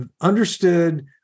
understood